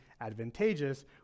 advantageous